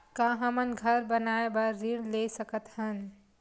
का हमन घर बनाए बार ऋण ले सकत हन?